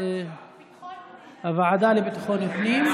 ביטחון הפנים.